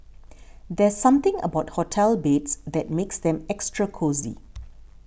there's something about hotel beds that makes them extra cosy